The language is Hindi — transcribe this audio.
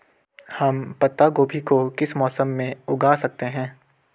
हम पत्ता गोभी को किस मौसम में उगा सकते हैं?